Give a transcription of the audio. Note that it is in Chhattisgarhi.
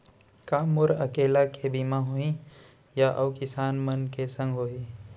का मोर अकेल्ला के बीमा होही या अऊ किसान मन के संग होही?